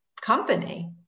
company